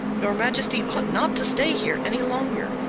your majesty ought not to stay here any longer.